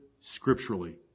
scripturally